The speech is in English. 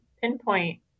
pinpoint